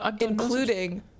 Including